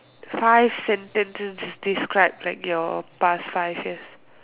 five sentences describe like your past five years